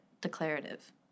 declarative